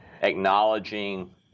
acknowledging